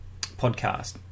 podcast